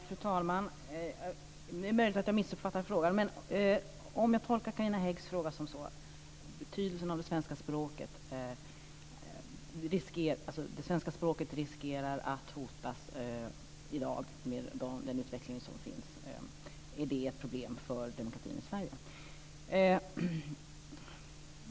Fru talman! Det är möjligt att jag missuppfattade frågan, men jag tolkar Carina Häggs fråga så här: Det svenska språket riskerar att hotas i dag med den utveckling som finns. Är det ett problem för demokratin i Sverige?